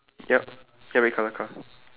yup ya red colour car